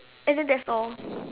and then that's all